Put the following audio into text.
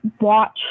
watch